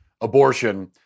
abortion